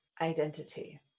identity